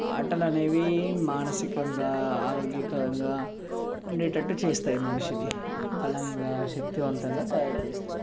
ఆటలు అనేవి మానసికంగా ఆరోగ్యకరంగా ఉండేటట్టు చేస్తాయి మనిషిని బలంగా శక్తివంతగా తయారు చేస్తాయి